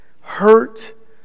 hurt